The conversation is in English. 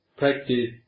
practice